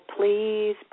please